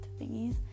thingies